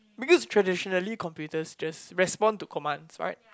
because traditionally computers just respond to commands right